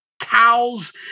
cows